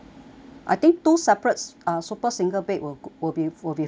I think two separates uh super single bed will will be will be fine